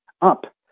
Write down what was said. up